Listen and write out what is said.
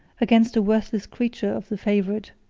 against a worthless creature of the favorite,